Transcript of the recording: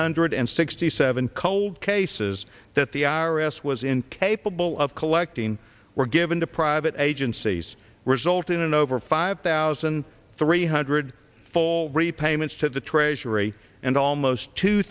hundred and sixty seven cold cases that the i r s was incapable of collecting were given to private agencies resulting in over five thousand three hundred full repayments to the treasury and almost two